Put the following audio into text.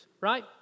right